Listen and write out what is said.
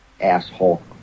Asshole